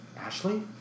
Ashley